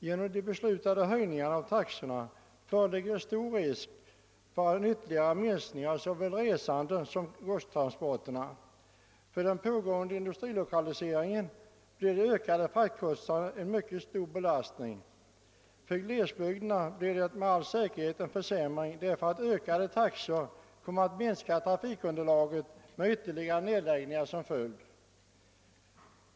Genom de beslutade höjningarna av taxorna föreligger det stor risk för en ytterligare minskning av såväl antalet resande som godstransporterna. För den pågående industrilokaliseringen blir de ökade fraktkostnaderna en mycket stor belastning. För glesbygderna resulterar taxehöjningen med all säkerhet i en försämring: ökade taxor kommer att minska trafikunderlaget med ytterligare nedläggningar som följd.